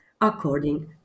according